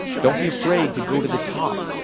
don't be afraid to go to the top.